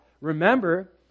Remember